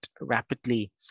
rapidly